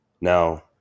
Now